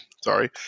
sorry